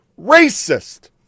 racist